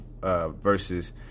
versus